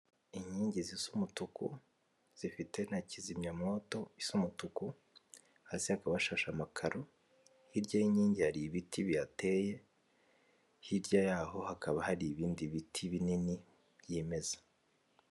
Inkingi zisa umutuku zifite na kizimyamwoto isa umutuku, hasi hakaba hasashe amakaro hirya y'inkingi hari ibiti bihateye, hirya y'aho hakaba hari ibindi biti binini byimeza.